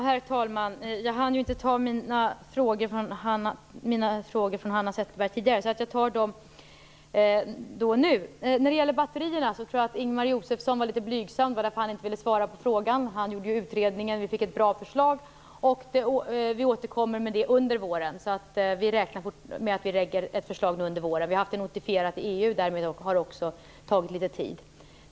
Herr talman! Jag hann inte svara på frågorna från Hanna Zetterberg tidigare. Därför gör jag det nu. När det gäller batterierna tror jag att Ingemar Josefsson var litet blygsam. Det var därför som han inte ville svara på frågan. Han gjorde ju utredningen, och vi fick ett bra förslag. Vi räknar med att vi skall återkomma och lägga fram ett förslag under våren. Vi har haft det notificerat i EU. Därmed har det tagit litet tid.